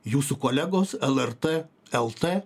jūsų kolegos lrt lt